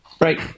right